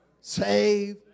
save